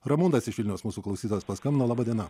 ramonas iš vilniaus mūsų klausytojas paskambino laba diena